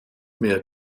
mehr